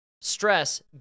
stress